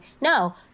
no